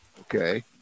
Okay